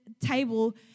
table